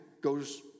goes